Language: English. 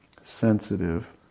sensitive